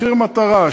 מחיר מטרה,